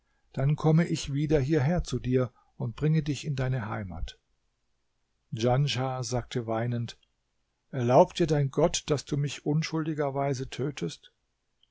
dann komme ich wieder hierher zu dir und bringe dich in deine heimat djanschah sagte weinend erlaubt dir dein gott daß du mich unschuldigerweise tötest